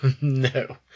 No